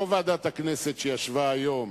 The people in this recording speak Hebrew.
לא ועדת הכנסת שישבה היום